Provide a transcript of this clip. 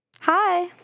Hi